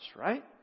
right